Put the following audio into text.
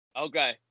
Okay